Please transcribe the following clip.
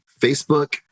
Facebook